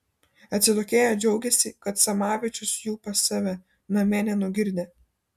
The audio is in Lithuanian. atsitokėję džiaugėsi kad samavičius jų pas save namie nenugirdė